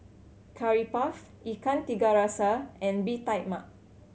Curry Puff Ikan Tiga Rasa and Bee Tai Mak